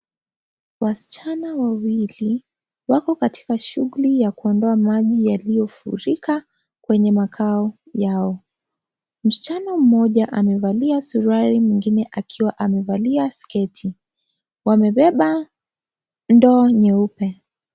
Wasichana wawili wako katika shughuli ya kuondoa maji yaliyofurika kwenye makao yao. Msichana mmoja amevalia suruali mwingine akiwa amevalia sketi. Wamebeba ndoo nyeupe.